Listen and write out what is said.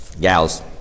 gals